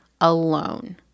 alone